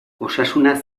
osasuna